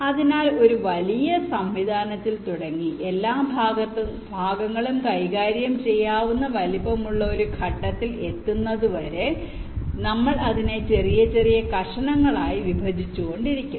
അതിനാൽ ഒരു വലിയ സംവിധാനത്തിൽ തുടങ്ങി എല്ലാ ഭാഗങ്ങളും കൈകാര്യം ചെയ്യാവുന്ന വലുപ്പമുള്ള ഒരു ഘട്ടത്തിൽ എത്തുന്നതുവരെ നമ്മൾ അതിനെ ചെറിയ ചെറിയ കഷണങ്ങളായി വിഭജിച്ചുകൊണ്ടിരിക്കും